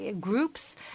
groups